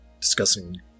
discussing